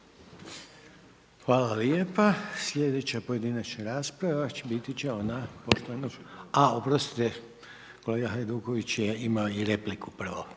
Hvala lijepa. Slijedeća pojedinačna rasprava će biti ona poštovanog, … A oprostite kolega Hajduković ima repliku prvo,